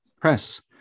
Press